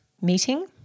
meeting